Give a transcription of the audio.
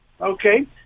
Okay